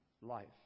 life